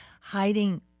hiding